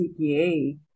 CPA